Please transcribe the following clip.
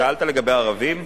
ושאלת לגבי הערבים.